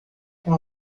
com